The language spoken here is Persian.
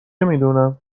میدونم